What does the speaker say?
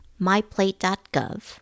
myplate.gov